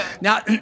Now